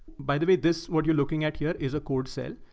by the way, this, what you're looking at here is a code cell,